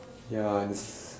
ya and it's